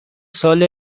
سال